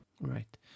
Right